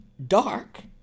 dark